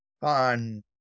fun